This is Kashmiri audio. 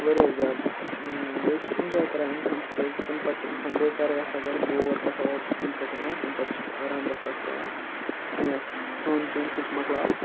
واریاہ زیادٕ بیٚیہِ چھ اؠنجاے کَران اِنسان تِکیازِ تمہِ پَتہٕ چھِ بے کارٕے آسان گرِ بور گژھان اور سکوٗل پؠٹھ یِوان تمہِ پتہٕ چھِ آرام رسا اکھ تراوان کینٛہہ آسہِ کھؠون چؠون سُہ چھِ مۄکلاوان